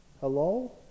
Hello